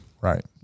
Right